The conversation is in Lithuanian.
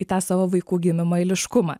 į tą savo vaikų gimimo eiliškumą